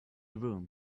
room